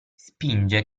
spinge